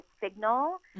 signal